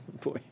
Boy